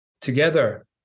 together